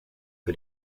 que